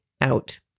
out